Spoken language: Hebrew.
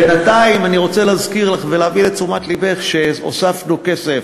בינתיים אני רוצה להזכיר לך ולהביא לתשומת לבך שהוספנו כסף,